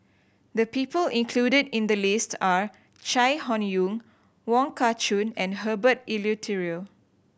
the people included in the list are Chai Hon Yoong Wong Kah Chun and Herbert Eleuterio